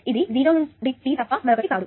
ఇది 0 నుండి t తప్ప మరొకటి కాదు